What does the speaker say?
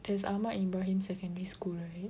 there's Ahmad Ibrahim secondary school right